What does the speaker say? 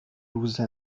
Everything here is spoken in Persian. روزه